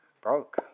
broke